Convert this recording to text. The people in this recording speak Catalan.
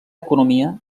economia